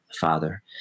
father